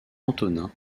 antonin